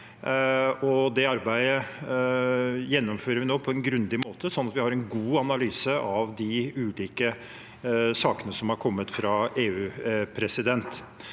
Det arbeidet gjennomfører vi nå på en grundig måte, sånn at vi har en god analyse av de ulike sakene som har kommet fra EU. Det